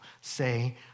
say